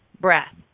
breath